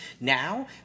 Now